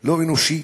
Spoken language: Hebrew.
לא אנושי.